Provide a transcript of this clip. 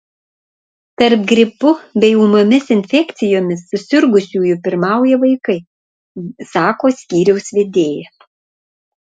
tarp gripu bei ūmiomis infekcijomis susirgusiųjų pirmauja vaikai sako skyriaus vedėja